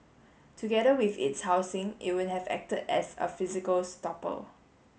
together with its housing it would have acted as a physical stopper